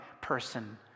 person